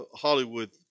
Hollywood